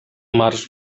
marsz